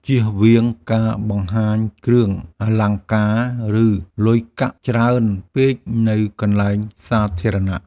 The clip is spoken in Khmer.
ជៀសវាងការបង្ហាញគ្រឿងអលង្ការ ឬលុយកាក់ច្រើនពេកនៅកន្លែងសាធារណៈ។